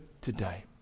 today